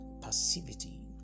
passivity